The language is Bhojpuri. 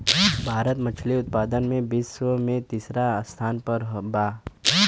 भारत मछली उतपादन में विश्व में तिसरा स्थान पर बा